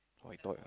oh I though